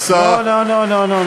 שעשה, (מחיאות כפיים) לא לא לא לא.